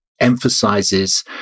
emphasizes